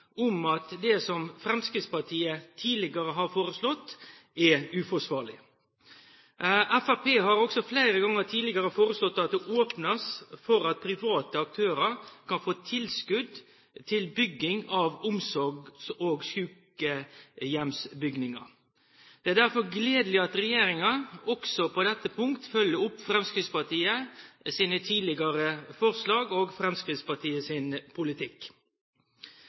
om at det som Fremskrittspartiet tidligere har foreslått, er uforsvarlig. Fremskrittspartiet har også flere ganger tidligere foreslått at det åpnes for at private aktører kan få tilskudd til bygging av omsorgs- og sykehjemsbygninger. Det er derfor gledelig at regjeringen også på dette punkt følger opp Fremskrittspartiets tidligere forslag og Fremskrittspartiets politikk.